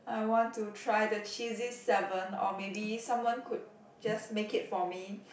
I want to try the cheesy seven or maybe someone could just make it for me